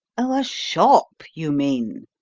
a shop, you mean,